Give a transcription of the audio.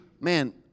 man